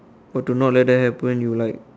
but to not let that happen you like